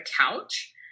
couch